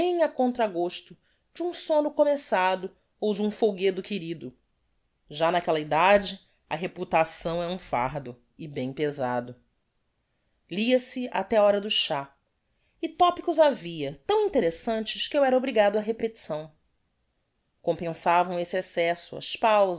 á contra gosto de um somno começado ou de um folguedo querido já naquella idade a reputação é um fardo e bem pesado lia-se até a hora do chá e topicos havia tão interessantes que eu era obrigado á repetição compensavam esse excesso as